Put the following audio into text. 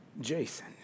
Jason